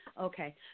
okay